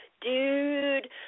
dude